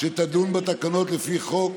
שידונו בתקנות לפי חוק: